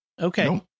Okay